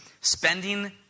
spending